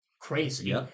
Crazy